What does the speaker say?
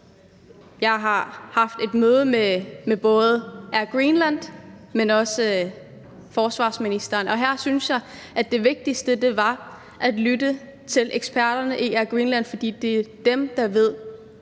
jeg har haft et møde om med både Air Greenland, men også forsvarsministeren. Og her synes jeg, at det vigtigste var at lytte til eksperterne i Air Greenland, fordi det er dem, der ved,